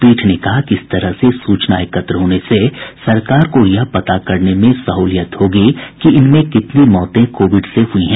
पीठ ने कहा कि इस तरह से सूचना एकत्र होने से सरकार को यह पता करने में सहुलियत होगी कि इनमें कितनी मौतें कोविड से हुई है